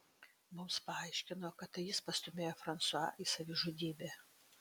mums paaiškino kad tai jis pastūmėjo fransua į savižudybę